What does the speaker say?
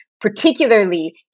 particularly